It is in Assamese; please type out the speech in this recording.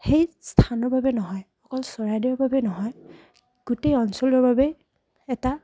সেই স্থানৰ বাবে নহয় অকল চৰাইদেউৰ বাবে নহয় গোটেই অঞ্চলৰ বাবে এটা